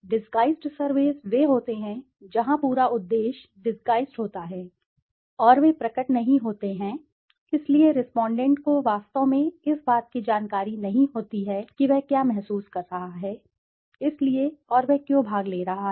disguised surveys वे होते हैं जहां पूरा उद्देश्य डिसगाइज्ड होता है और वे प्रकट नहीं होते हैं इसलिए रेस्पोंडेंट को वास्तव में इस बात की जानकारी नहीं होती है कि वह क्या महसूस कर रहा है इसलिए और वह क्यों भाग ले रहा है